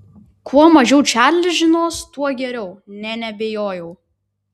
kuo mažiau čarlis žinos tuo geriau nė neabejojau